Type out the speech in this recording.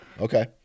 okay